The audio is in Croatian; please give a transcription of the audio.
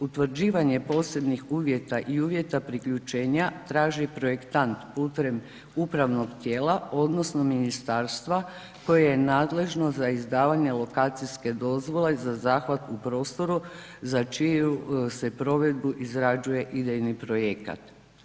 Utvrđivanje posebnih uvjeta i uvjeta priključenja traži projektant putem upravnog tijela odnosno ministarstva koje je nadležno za izdavanje lokacijske dozvole za zahvat u prostoru za čiju se provedbu izrađuje idejni projekat.